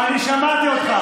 אני שמעתי אותך.